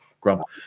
Grumble